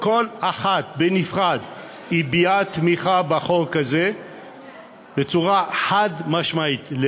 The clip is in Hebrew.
כל אחת בנפרד הביעה תמיכה בחוק הזה בצורה חד-משמעית,